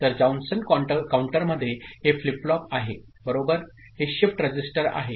तर जॉन्सन काउंटरमध्ये हे फ्लिप फ्लॉप आहे बरोबर आणि हे शिफ्ट रजिस्टर आहे